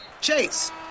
Chase